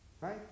Right